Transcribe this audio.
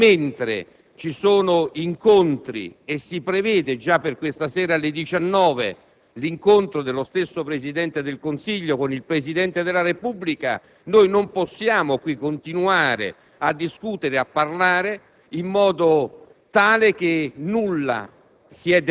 che, mentre ci sono incontri e si prevede già per questa sera, alle ore 19, l'incontro del Presidente del Consiglio con il Presidente della Repubblica, noi non possiamo continuare a discutere e a parlare come se nulla